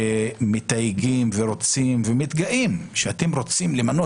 שמתייגים ורוצים ומתגאים שאתם רוצים למנות